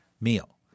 meal